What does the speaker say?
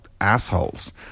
assholes